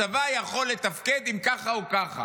הצבא יכול לתפקד אם ככה או ככה.